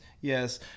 Yes